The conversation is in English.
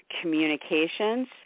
communications